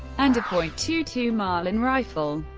and a point two two marlin rifle.